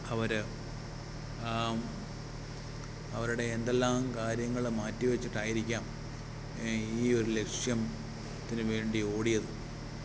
അവർ അവരുടെ എന്തെല്ലാം കാര്യങ്ങൾ മാറ്റി വെച്ചിട്ടായിരിക്കാം ഈ ഒരു ലക്ഷ്യത്തിനു വേണ്ടി ഓടിയത്